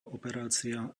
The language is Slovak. operácia